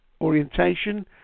orientation